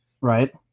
Right